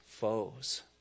foes